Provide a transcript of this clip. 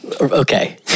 Okay